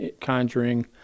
conjuring